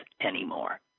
anymore